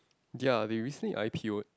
ya they recently I_P_Oed